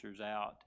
out